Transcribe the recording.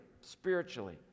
spiritually